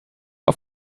auf